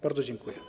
Bardzo dziękuję.